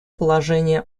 положения